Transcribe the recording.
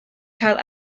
cael